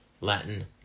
Latin